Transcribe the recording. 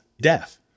death